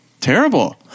Terrible